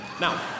Now